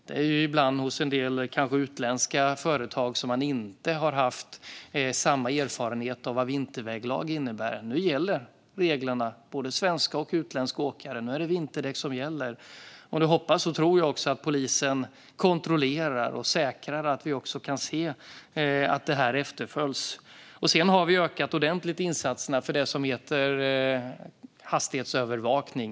Det är ibland hos en del utländska företag som man kanske inte har samma erfarenhet av vad vinterväglag innebär, men nu gäller reglerna både svenska och utländska åkare. Nu är det vinterdäck som gäller. Jag hoppas och tror också att polisen kontrollerar och säkrar att detta efterföljs. Vi har ökat insatserna ordentligt för det som heter hastighetsövervakning.